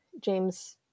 James